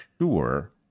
sure